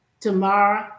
tomorrow